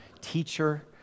teacher